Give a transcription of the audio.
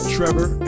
Trevor